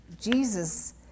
Jesus